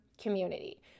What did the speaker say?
community